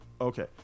Okay